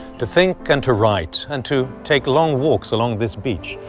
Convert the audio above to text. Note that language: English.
to think and to write, and to take long walks along this beach.